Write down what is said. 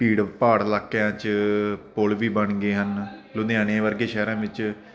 ਭੀੜ ਭਾੜ ਇਲਾਕਿਆਂ ਚ ਪੁੱਲ ਵੀ ਬਣ ਗਏ ਹਨ ਲੁਧਿਆਣੇ ਵਰਗੇ ਸ਼ਹਿਰਾਂ ਵਿੱਚ